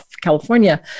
California